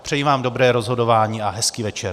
Přeji vám dobré rozhodování a hezký večer.